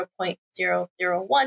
0.001